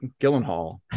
Gyllenhaal